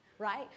Right